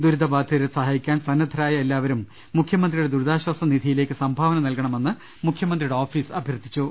ദൂരിതബാധിതരെ സഹായിക്കാൻ സന്നദ്ധരായ എല്ലാവരും മുഖ്യമന്ത്രിയുടെ ദുരിതാശ്വാസ നിധിയി ലേയ്ക്ക് സംഭാവന നൽകണമെന്ന് മുഖ്യമന്ത്രിയുടെ ഓഫീസ് അഭ്യർത്ഥിച്ചു